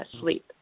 sleep